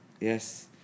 Yes